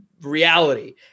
reality